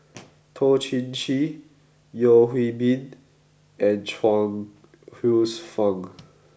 Toh Chin Chye Yeo Hwee Bin and Chuang Hsueh Fang